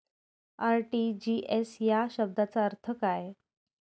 RTGS या शब्दाचा अर्थ काय?